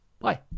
Bye